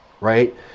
right